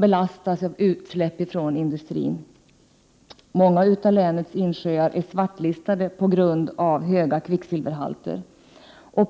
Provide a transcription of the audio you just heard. belastats av utsläpp från industrin. Många av länets insjöar är svartlistade på grund av höga kvicksilverhalter.